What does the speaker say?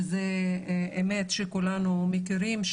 וזה אמת שכולנו מכירים,